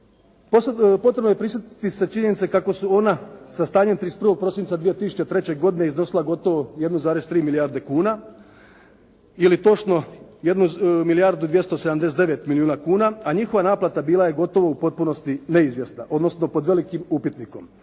Potrebno je prisjetiti se činjenice kako su ona sa stanjem 31. prosinca 2003. godine iznosila gotovo 1,3 milijarde kuna ili točno 1 milijardu 279 milijuna kuna, a njihova naplata bila je gotovo u potpunosti neizvjesna odnosno pod velikim upitnikom.